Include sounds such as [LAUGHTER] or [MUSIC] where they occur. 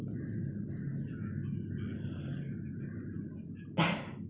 [LAUGHS]